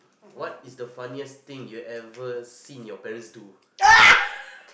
what is the funniest thing you ever seen your parents do